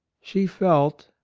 she felt,